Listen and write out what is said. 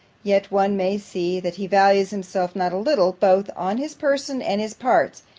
yet one may see that he values himself not a little, both on his person and his parts,